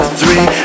three